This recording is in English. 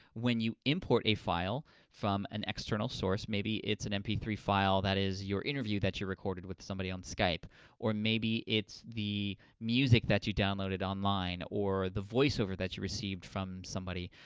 when you import a file from an external source, maybe it's an m p three file that is your interview that you recorded with somebody on skype or maybe it's the music that you downloaded online or the voiceover that you received from somebody,